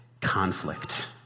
conflict